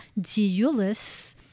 Diulis